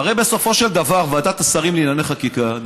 הרי בסופו של דבר ועדת השרים לענייני חקיקה,